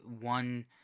one